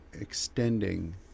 extending